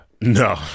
No